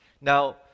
Now